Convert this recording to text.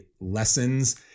lessons